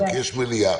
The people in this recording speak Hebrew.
כי יש מליאה.